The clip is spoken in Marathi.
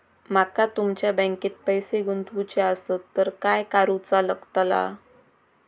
माका तुमच्या बँकेत पैसे गुंतवूचे आसत तर काय कारुचा लगतला?